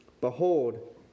Behold